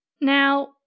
Now